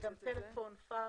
זה גם טלפון או פקס.